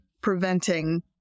preventing